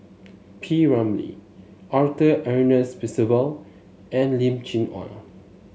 P Ramlee Arthur Ernest Percival and Lim Chee Onn